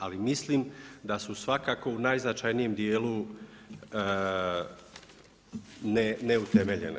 Ali mislim da su svakako u najznačajnijem dijelu neutemeljene.